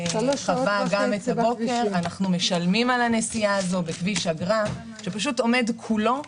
אנחנו משלמים על הנסיעה הזאת בכביש אגרה שעומד כולו,